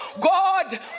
God